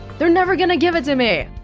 they're never gonna give it to me